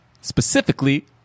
Specifically